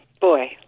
boy